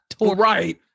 Right